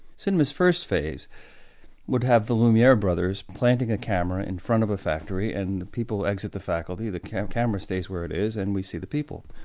cinema's first phase would have the lumiere brothers planting a camera in front of a factory and the people exit the faculty, the camera stays where it is and we see the people.